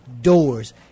doors